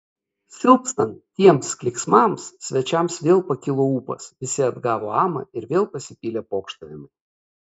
silpstant tiems klyksmams svečiams vėl pakilo ūpas visi atgavo amą ir vėl pasipylė pokštavimai